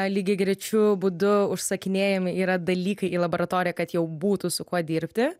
lygiagrečiu būdu užsakinėjami yra dalykai į laboratoriją kad jau būtų su kuo dirbti